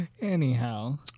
anyhow